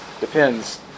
depends